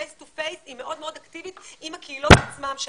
היא מאוד מאוד אקטיבית עם הקהילות שם,